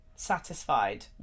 satisfied